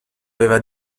aveva